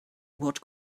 what